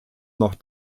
noch